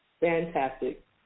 fantastic